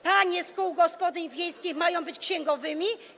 Panie z kół gospodyń wiejskich mają być księgowymi?